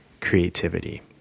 creativity